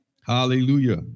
Hallelujah